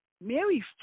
Mary